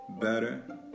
better